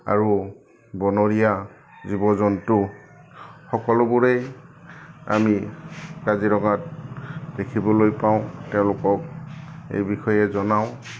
আৰু বনৰীয়া জীৱ জন্তু সকলোবোৰেই আমি কাজিৰঙাত দেখিবলৈ পাওঁ তেওঁলোকক এই বিষয়ে জনাওঁ